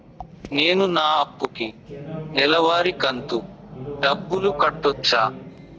నేను నా అప్పుకి నెలవారి కంతు డబ్బులు కట్టొచ్చా?